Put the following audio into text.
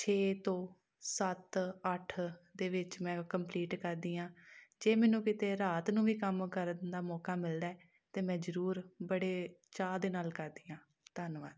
ਛੇ ਤੋਂ ਸੱਤ ਅੱਠ ਦੇ ਵਿੱਚ ਮੈਂ ਕੰਪਲੀਟ ਕਰਦੀ ਹਾਂ ਜੇ ਮੈਨੂੰ ਕਿਤੇ ਰਾਤ ਨੂੰ ਵੀ ਕੰਮ ਕਰਨ ਦਾ ਮੌਕਾ ਮਿਲਦਾ ਅਤੇ ਮੈਂ ਜ਼ਰੂਰ ਬੜੇ ਚਾਅ ਦੇ ਨਾਲ ਕਰਦੀ ਹਾਂ ਧੰਨਵਾਦ